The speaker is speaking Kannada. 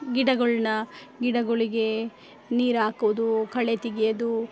ಗಿಡಗಳ್ನ ಗಿಡಗಳಿಗೆ ನೀರಾಕೊದು ಕಳೆ ತೆಗೆಯೋದು